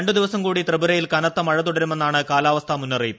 ര ു ദിവസം കൂടി ത്രിപുരയിൽ കനത്ത മഴ തുടരുമെന്നാണ് കാലാവസ്ഥാ മുന്നറിയിപ്പ്